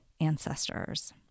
ancestors